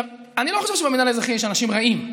אני לא חושב שבמינהל האזרחי יש אנשים רעים,